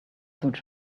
through